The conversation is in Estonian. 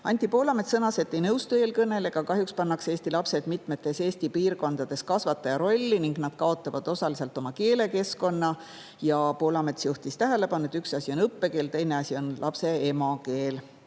Anti Poolamets sõnas, et ei nõustu eelkõnelejaga. Kahjuks pannakse eesti lapsed mitmetes Eesti piirkondades kasvataja rolli ning nad kaotavad osaliselt oma keelekeskkonna. Poolamets juhtis tähelepanu sellele, et üks asi on õppekeel, teine asi on lapse emakeel.